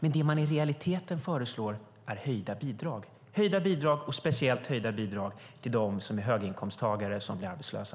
Men det man i realiteten föreslår är höjda bidrag. Man föreslår höjda bidrag, och speciellt höjda bidrag till dem som är höginkomsttagare och som blir arbetslösa.